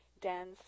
dance